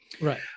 Right